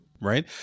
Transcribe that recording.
Right